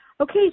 Okay